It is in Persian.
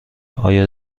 آیا